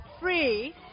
free